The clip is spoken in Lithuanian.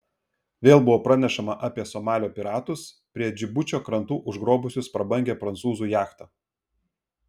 vėl buvo pranešama apie somalio piratus prie džibučio krantų užgrobusius prabangią prancūzų jachtą